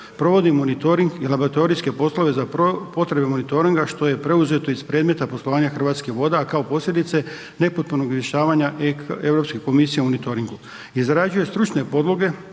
provodi monitoring i laboratorijske poslove za potrebe monitoringa što je preuzeto iz predmeta poslovanja Hrvatskih voda kao posljedice nepotpunog …/Govornik se ne razumije/… Europske komisije o monitoringu. Izrađuje stručne podloge